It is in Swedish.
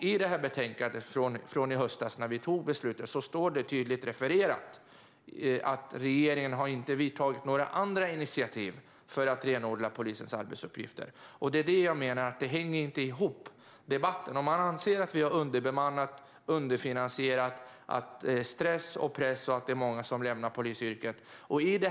I betänkandet från i höstas när beslutet fattades står det tydligt refererat att regeringen inte har tagit några andra initiativ för att renodla polisens arbetsuppgifter. Jag menar att debatten inte hänger ihop. Man anser att polisen är underbemannad och underfinansierad samt att många lämnar polisyrket på grund av stress och press.